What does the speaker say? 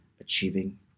achieving